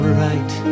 right